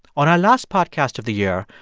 on our last podcast of the year,